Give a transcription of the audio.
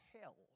hell